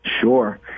Sure